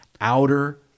outer